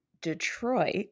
Detroit